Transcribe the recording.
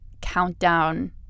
countdown